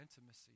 intimacy